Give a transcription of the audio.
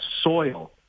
soil